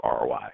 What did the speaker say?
ROI